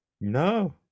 No